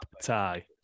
tie